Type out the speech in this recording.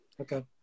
Okay